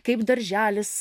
kaip darželis